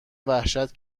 وحشت